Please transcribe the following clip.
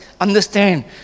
understand